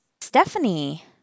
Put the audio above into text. Stephanie